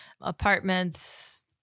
apartments